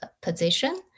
position